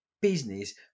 business